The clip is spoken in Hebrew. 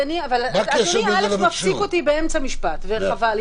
אתה מפסיק אותי באמצע משפט וחבל.